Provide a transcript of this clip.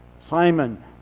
Simon